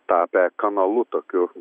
tapę kanalu tokiu